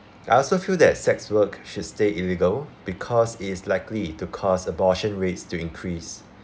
I also feel that sex work should stay illegal because it's likely to cause abortion rates to increase